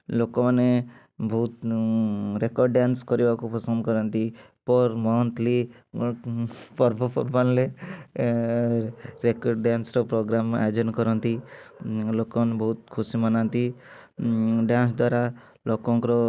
ଲୋକମାନେ ବହୁତ record dance କରିବାକୁ ପସନ୍ଦ କରନ୍ତି ପର ମନ୍ତଲି ପର୍ବପର୍ବାଣିରେ ରେକର୍ଡ଼ ଡ୍ୟାନ୍ସର ପ୍ରୋଗ୍ରାମ୍ ଆୟୋଜନ କରନ୍ତି ଲୋକମାନେ ବହୁତ ଖୁସି ମନାନ୍ତି ଡ୍ୟାନ୍ସ ଦ୍ୱାରା ଲୋକଙ୍କର